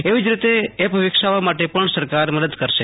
એવીજ રીતે એપ વિકસાવવા માટે સરકાર મદદ કરશે